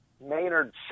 Maynard